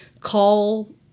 call